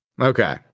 Okay